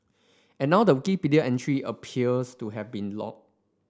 and now the Wikipedia entry appears to have been locked